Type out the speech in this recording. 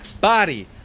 body